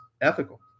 ethical